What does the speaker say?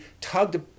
tugged